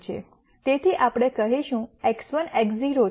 તેથી આપણે કહીશું x1 x0 છે